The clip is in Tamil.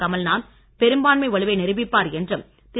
கமல்நாத் பெரும்பான்மை வலுவை நிருபிப்பார் என்றும் திரு